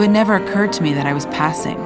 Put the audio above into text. when never occurred to me that i was passing